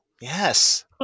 Yes